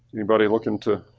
anybody looked into